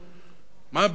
מה בעצם מגיע לו.